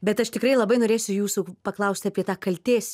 bet aš tikrai labai norėsiu jūsų paklausti apie tą kaltės